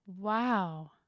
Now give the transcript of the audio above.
Wow